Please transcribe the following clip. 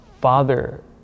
father